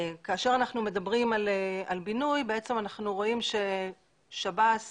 כשמדברים על בינוי אנחנו רואים ששב"ס